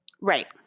Right